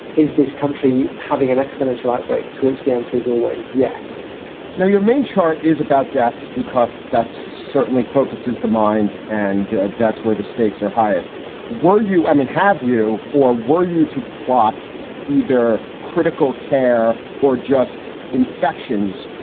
is this country having an exponential outbreak, to which the answer is always yes now, your main chart is about deaths because that's certainly focuses the mind and that's where the stakes are highest were you i mean, have you or were you to plot either critical care or just infections?